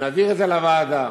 נעביר את זה לוועדה.